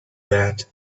that